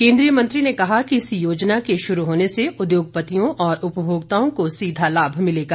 केन्द्रीय मंत्री ने कहा कि इस योजना के शुरू होने से उद्योगपतियों और उपभोक्ताओं को सीधा लाभ मिलेगा